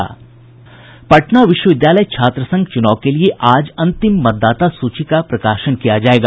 पटना विश्वविद्यालय छात्र संघ चुनाव के लिए आज अंतिम मतदाता सूची का प्रकाशन किया जायेगा